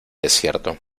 desierto